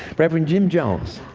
reverend jim jones.